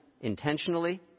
intentionally